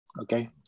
Okay